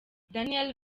daniel